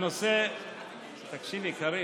תקשיבי, קארין,